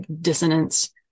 dissonance